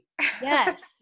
Yes